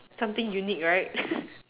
something unique right